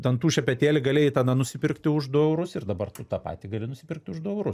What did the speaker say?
dantų šepetėlį galėjai tada nusipirkti už du eurus ir dabar tu tą patį gali nusipirkt už du eurus